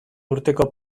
urteko